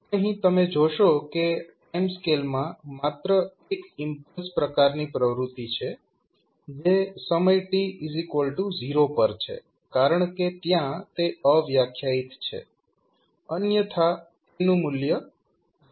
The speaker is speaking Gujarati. અહીં તમે જોશો કે ટાઇમ સ્કેલ માં માત્ર 1 ઈમ્પલ્સ પ્રકારની પ્રવૃત્તિ છે જે સમય t0 પર છે કારણકે ત્યાં તે અવ્યાખ્યાયીત છે અન્યથા તેનું મૂલ્ય 0 છે